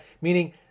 meaning